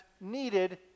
needed